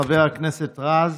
חבר הכנסת רז,